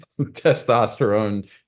testosterone